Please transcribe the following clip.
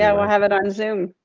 yeah we'll have it on zoom.